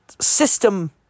system